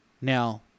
Now